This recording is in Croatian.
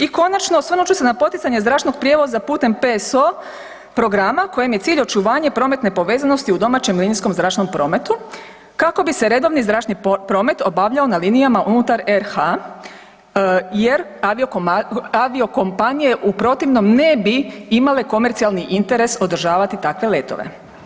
I konačno, osvrnut ću se na poticanje zračnog prijevoza putem PSO programa kojim je cilj očuvanje prometne povezanosti u domaćem linijskom zračnom prometu kako bi se redovni zračni promet obavljao na linijama unutar RH jer aviokompanije u protivnom ne bi imale komercijalni interes održavati takve letove.